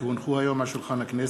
כי הונחו היום על שולחן הכנסת,